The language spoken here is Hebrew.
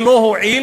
זה לא הועיל,